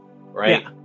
right